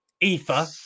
ether